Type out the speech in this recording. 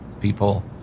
people